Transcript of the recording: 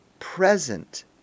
present